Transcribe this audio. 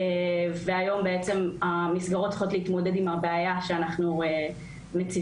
והיום בעצם המסגרות צריכות להתמודד עם הבעיה שאנחנו מציפים.